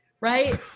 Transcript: right